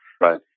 Right